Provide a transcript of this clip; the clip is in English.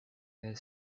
their